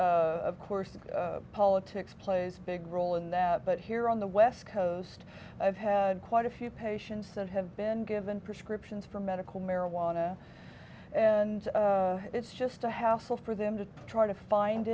of course in politics plays big role in that but here on the west coast i've had quite a few patients that have been given prescriptions for medical marijuana and it's just a hassle for them to try to find